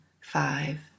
five